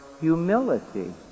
humility